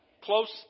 Close